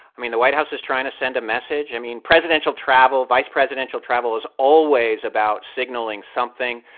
i mean, the white house is trying to send a message. i mean, presidential travel, vice presidential travel, is always about signaling something.